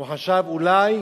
הוא חשב: אולי